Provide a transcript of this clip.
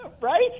Right